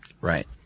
Right